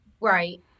Right